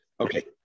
Okay